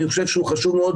אני חושב שזה חשוב מאוד,